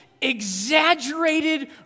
exaggerated